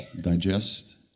digest